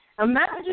Imagine